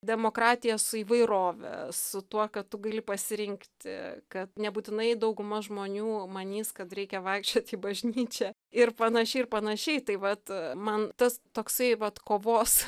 demokratija su įvairove su tuo kad tu gali pasirinkti kad nebūtinai dauguma žmonių manys kad reikia vaikščiot į bažnyčią ir panašiai ir panašiai tai vat man tas toksai vat kovos